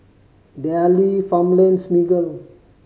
Darlie Farmlands Miggle